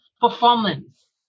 performance